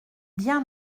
bien